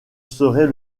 saurais